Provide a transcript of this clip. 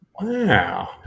Wow